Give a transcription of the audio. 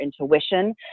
intuition